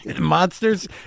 Monsters